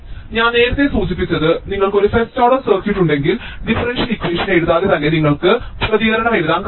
ഞാൻ നേരത്തെ സൂചിപ്പിച്ചത് നിങ്ങൾക്ക് ഒരു ഫസ്റ്റ് ഓർഡർ സർക്യൂട്ട് ഉണ്ടെങ്കിൽ ഡിഫറൻഷ്യൽ ഇക്വേഷൻ എഴുതാതെ തന്നെ നിങ്ങൾക്ക് പ്രതികരണം എഴുതാൻ കഴിയണം